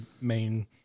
main